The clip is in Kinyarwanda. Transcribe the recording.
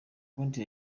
konti